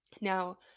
Now